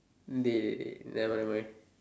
dey nevermind nevermind